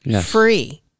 free